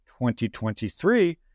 2023